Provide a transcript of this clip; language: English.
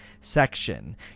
section